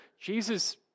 Jesus